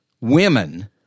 women